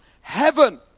heaven